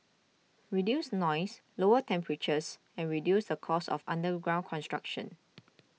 reduce noise lower temperatures and reduce the cost of underground construction